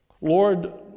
Lord